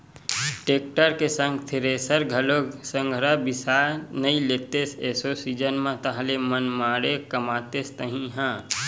tractor के संग thresher घलोक संघरा बिसा नइ लेतेस एसो सीजन म ताहले मनमाड़े कमातेस तही ह